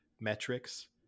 metrics